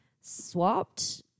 swapped